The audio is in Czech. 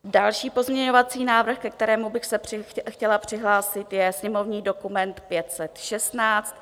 Další pozměňovací návrh, ke kterému bych se chtěla přihlásit, je sněmovní dokument 516.